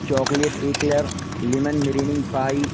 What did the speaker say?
chocolate eclair lemon meringue pie